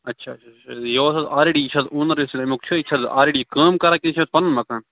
اچھا اچھا یور حظ آلریڈی یہِ چھا حظ اونر یُس امیُک چھُ یہِ چھا حظ آلریڈی کٲم کَران کِنہٕ یہِ چھُ پَنُن مکان